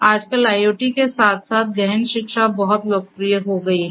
आजकल IoT के साथ साथ गहन शिक्षा बहुत लोकप्रिय हो गई है